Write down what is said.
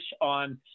on